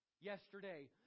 yesterday